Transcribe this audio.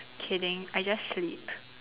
kidding I just sleep